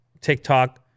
TikTok